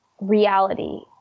reality